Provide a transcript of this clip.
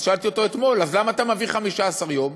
אז שאלתי אותו אתמול: אז למה אתה מביא 15 יום?